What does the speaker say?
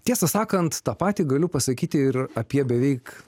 tiesą sakant tą patį galiu pasakyti ir apie beveik